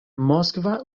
moskva